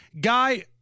Guy